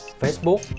facebook